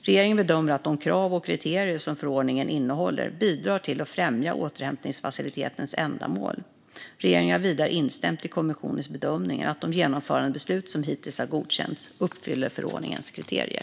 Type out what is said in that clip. Regeringen bedömer att de krav och kriterier som förordningen innehåller bidrar till att främja återhämtningsfacilitetens ändamål. Regeringen har vidare instämt i kommissionens bedömning att de genomförandebeslut som hittills har godkänts uppfyller förordningens kriterier.